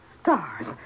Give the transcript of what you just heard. stars